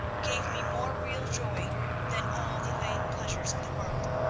gave me more real joy than all the vain pleasures of the world.